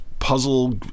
Puzzle